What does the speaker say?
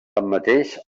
tanmateix